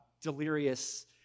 Delirious